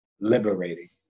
liberating